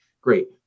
Great